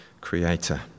creator